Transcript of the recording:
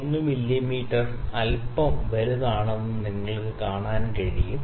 1 millimetre അല്പം വലുതാണെന്ന് നിങ്ങൾക്ക് കാണാൻ കഴിയും